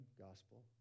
Gospel